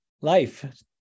life